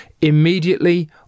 immediately